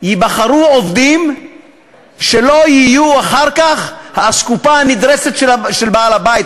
ייבחרו עובדים שלא יהיו אחר כך האסקופה הנדרסת של בעל-הבית,